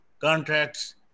contracts